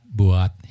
buat